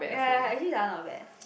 ya ya ya actually Zara not bad